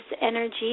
energy